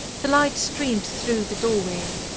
the light streamed through the doorway,